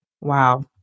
Wow